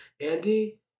Andy